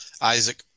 Isaac